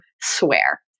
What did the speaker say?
swear